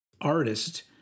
artist